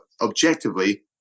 objectively